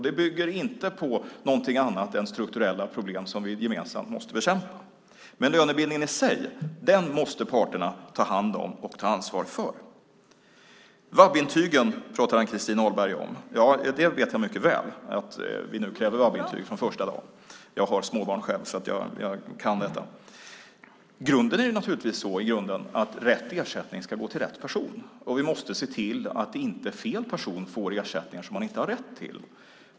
Det bygger inte på någonting annat än strukturella problem, som vi gemensamt måste bekämpa. Men lönebildningen i sig måste parterna ta hand om och ta ansvar för. VAB-intygen pratar Ann-Christin Ahlberg om. Ja, jag vet mycket väl att vi nu kräver VAB-intyg från första dagen. Jag har småbarn själv så jag kan detta. I grunden är det naturligtvis så att rätt ersättning ska gå till rätt person, och vi måste se till att inte fel person får ersättningar som han inte har rätt till.